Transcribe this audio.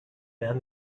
man